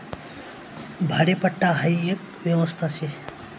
भाडेपट्टा हाई एक व्यवस्था शे